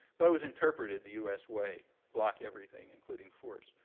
but it was interpreted the us way. block everything, including force.